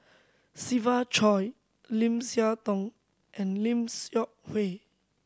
Siva Choy Lim Siah Tong and Lim Seok Hui